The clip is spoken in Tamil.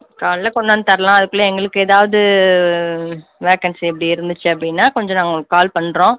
காலையில் கொண்டாந்து தரலாம் அதுக்குள்ள எங்களுக்கு ஏதாவது வேக்கன்ஸி அப்படி இருந்துச்சு அப்படின்னா கொஞ்சம் நாங்கள் உங்களுக்கு கால் பண்ணுறோம்